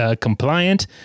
compliant